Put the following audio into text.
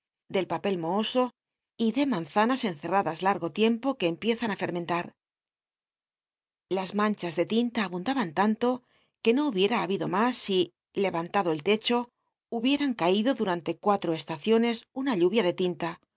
del papel mohoso y ele manzanas cncerpacflllatgo tiempo que empiezan á fermentar las manch is cle ljnta abundaban tanto que no hubiera habido mas si levantado el techo hubieran caido dtuantc cuatro estaciones una lluvia de tinta